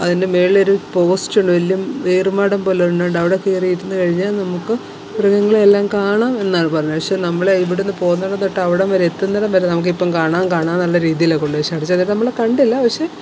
അതിൻ്റെ മുകളിലൊരു പോസ്റ്റുണ്ട് വലിയ ഏറുമാടം പോലെ ഒരെണ്ണം ഉണ്ട് അവിടെ കയറിയിരുന്ന് കഴിഞ്ഞാല് നമുക്ക് മൃഗങ്ങളെ എല്ലാം കാണാം എന്നാണ് പറഞ്ഞത് പക്ഷെ നമ്മള് ഇവിടുന്ന് പോകുന്നിടംതൊട്ട് അവിടം വരെ എത്തുന്നിടം വരെ നമുക്കിപ്പോള് കാണാം കാണാം എന്നുള്ള രീതിയിലാണ് കൊണ്ടുപോയെ പക്ഷെ അവിടെ ചെന്നപ്പോള് നമ്മള് കണ്ടില്ല പക്ഷെ